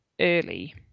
early